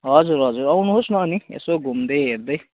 हजुर हजुर आउनुहोस् न अनि यसो घुम्दै हेर्दै